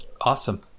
awesome